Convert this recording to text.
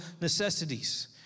necessities